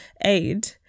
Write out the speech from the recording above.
aid